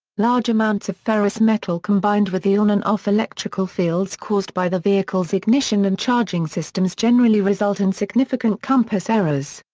large amounts of ferrous metal combined with the on-and-off electrical fields caused by the vehicle's ignition and charging systems generally result in significant compass errors.